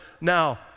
Now